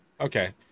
okay